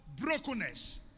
brokenness